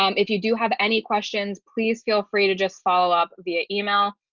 um if you do have any questions, please feel free to just follow up via email.